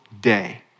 day